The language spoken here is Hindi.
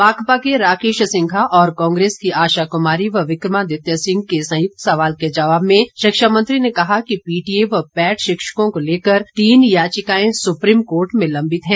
माकपा के राकेश सिंघा और कांग्रेस की आशा कुमारी व विक्रमादित्य सिंह के संयुक्त सवाल के जवाब में शिक्षा मंत्री ने कहा कि पीटीए व पैट शिक्षकों को लेकर तीन याचिकाएं सुप्रीम कोर्ट में लबित हैं